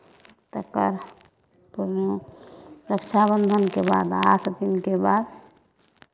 तऽ पर्व पूर्णिमा रक्षाबन्धनके बाद आठ दिनके बाद